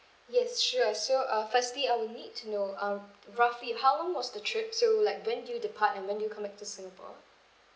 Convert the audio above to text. yes sure so uh firstly I will need to know um roughly how long was the trip so like when did you depart and when did you come back to singapore